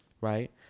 right